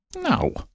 No